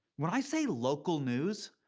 when i say local news,